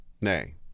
Nay